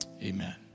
amen